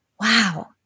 wow